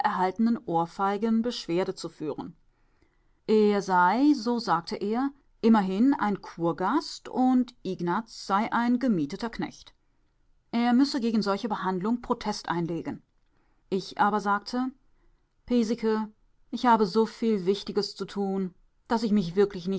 erhaltenen ohrfeigen beschwerde zu führen er sei so sagte er immerhin ein kurgast und ignaz sei ein gemieteter knecht er müsse gegen solche behandlung protest einlegen ich aber sagte piesecke ich habe so viel wichtiges zu tun daß ich mich wirklich